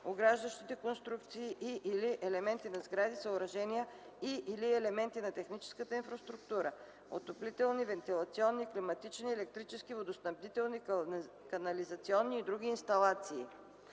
ограждащите конструкции и/или елементи на сгради, съоръжения и/или елементи на техническата инфраструктура – отоплителни, вентилационни, климатични, електрически, водоснабдителни, канализационни и други инсталации.”